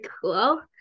cool